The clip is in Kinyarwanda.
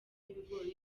ibigori